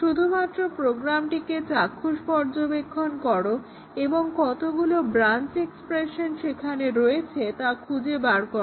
শুধুমাত্র প্রোগ্রামটিকে চাক্ষুষ পর্যবেক্ষণ করো এবং কতগুলো ব্রাঞ্চ এক্সপ্রেশন সেখানে রয়েছে তা খুঁজে বার করো